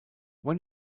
when